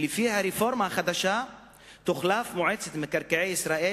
ולפי הרפורמה החדשה תוחלף מועצת מקרקעי ישראל